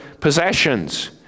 possessions